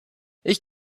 ich